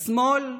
השמאל?